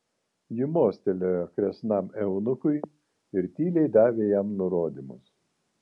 ji mostelėjo kresnam eunuchui ir tyliai davė jam nurodymus